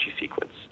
sequence